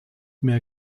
mehr